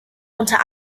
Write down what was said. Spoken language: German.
unter